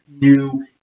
New